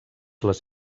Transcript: les